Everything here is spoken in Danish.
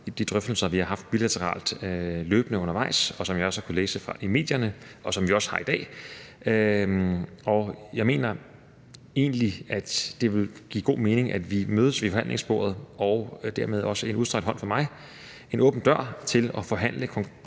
de drøftelser, vi har haft bilateralt løbende undervejs, og som vi også har kunnet læse om i medierne, og som vi også har i dag. Jeg mener egentlig, at det vil give god mening, at vi mødes ved forhandlingsbordet, og det er dermed også en udstrakt hånd fra mig og en åben dør til at forhandle om præcis